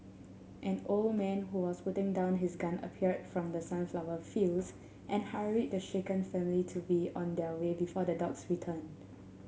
an old man who was putting down his gun appeared from the sunflower fields and hurried the shaken family to be on their way before the dogs return